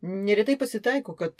neretai pasitaiko kad